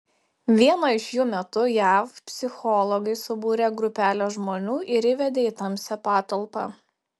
vieno iš jų metu jav psichologai subūrė grupelę žmonių ir įvedė į tamsią patalpą